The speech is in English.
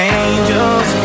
angels